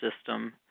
system